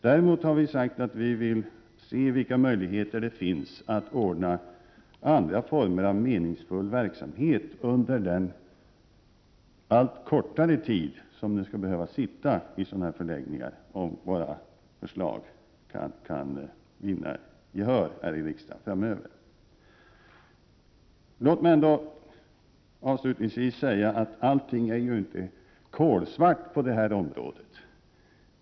Vi har däremot sagt att vi skall se på vilka möjligheter det finns att ordna andra former av meningsfull verksamhet under den allt kortare tid som flyktingar skall behöva vistas i förläggningar, om våra förslag vinner gehör här i riksdagen framöver. Låt mig avslutningsvis säga att allting inte är kolsvart på det här området.